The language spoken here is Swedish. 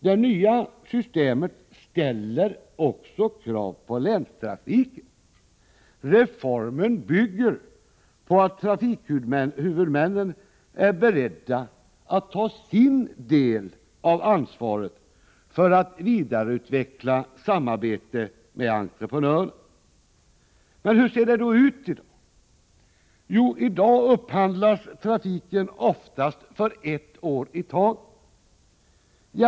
Det nya systemet ställer också krav på länstrafiken. Reformen bygger på att trafikhuvudmännen är beredda att ta sin del av ansvaret för att vidareutveckla samarbetet med entreprenörerna. Hur ser det då ut i dag? Jo, i dag upphandlas trafiktjänsterna oftast för ett år i taget.